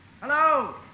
Hello